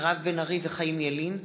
מירב בן ארי וחיים ילין בנושא: